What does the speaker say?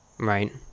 right